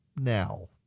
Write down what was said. now